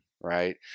right